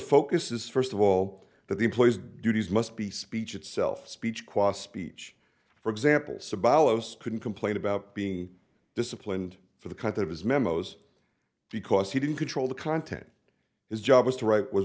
focus is first of all that the employee's duties must be speech itself speech qua speech for example couldn't complain about being disciplined for the cut of his memos because he didn't control the content his job was to write w